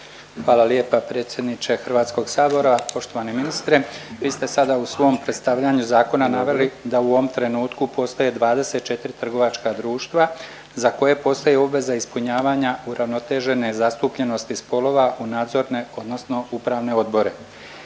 Hvala lijepa predsjedniče HS-a, poštovani ministre. Vi ste sada u svom predstavljanju zakona naveli da u ovom trenutku postoje 24 trgovačka društva za koje postoji obveza ispunjavanja uravnotežene zastupljenosti spolova u nadzorne odnosno upravne odbore.